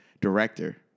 director